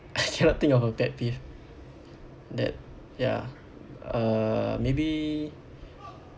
I cannot think of a pet peeve that ya uh maybe